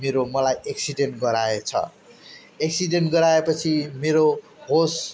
मेरो मलाई एक्सिडेन्ट गराएछ एक्सिडेन्ट गराए पछि मेरो होस